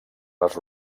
les